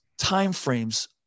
timeframes